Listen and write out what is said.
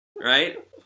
right